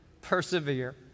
persevere